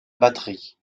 batterie